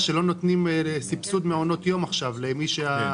שלא נותנים סבסוד למעונות היום.